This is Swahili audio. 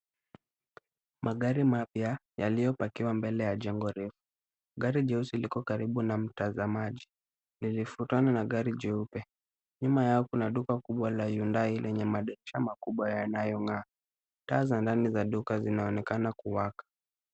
Magari mapya yaliyopakiwa mbele ya jengo refu. Gari jeusi liko karibu na mtazamaji likifuatana na gari jeupe. Nyuma yao kuna duka kubwa la Hyundai yenye madirisha makubwa yanayong'aa. Taa za ndani ya duka zinaonekana kuwaka.